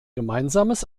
gemeinsames